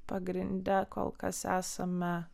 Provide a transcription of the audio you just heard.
pagrinde kol kas esame